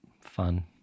fun